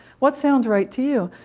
what sounds right to you?